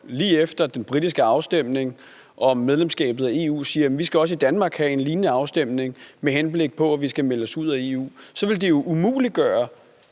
lige efter den britiske afstemning om medlemskab af EU siger, at vi også i Danmark skal have en lignende afstemning, med henblik på at vi skal melde os ud af EU, så vil det jo umuliggøre